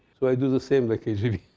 so i do the same like a tv.